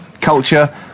culture